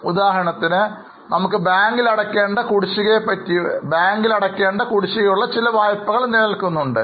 ഉദാഹരണത്തിന് നമുക്ക് ബാങ്കിൽ അടയ്ക്കേണ്ട കുടിശ്ശികയുള്ള ചില വായ്പകൾ നിലനിൽക്കുന്നുണ്ട്